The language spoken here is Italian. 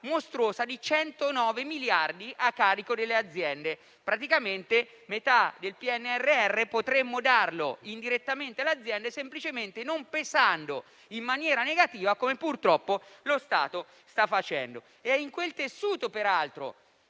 mostruosa di 109 miliardi a carico delle aziende; praticamente, metà del PNRR potremmo darlo indirettamente alle aziende semplicemente non pesando negativamente, come purtroppo lo Stato sta facendo. Peraltro, è in quel tessuto che